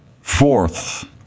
Fourth